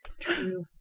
True